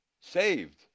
saved